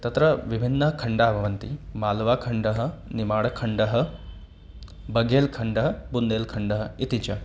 तत्र विभिन्नाः खण्डाः भवन्ति मालवाखण्डः निमाडखण्डःबगेलखण्डः बुन्देलखण्डः इति च